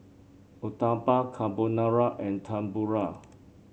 Uthapam Carbonara and Tempura